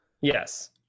Yes